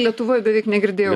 lietuvoj beveik negirdėjau